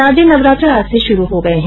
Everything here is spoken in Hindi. शारदीय नवरात्र आज से शुरू हो गये है